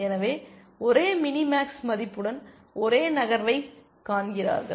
எனவே ஒரே minimax மதிப்புடன் ஒரே நகர்வைக் காண்கிறார்கள்